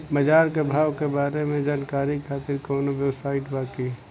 बाजार के भाव के बारे में जानकारी खातिर कवनो वेबसाइट बा की?